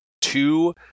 two